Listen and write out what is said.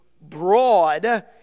broad